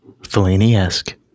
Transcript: Fellini-esque